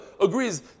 agrees